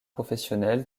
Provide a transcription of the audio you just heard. professionnel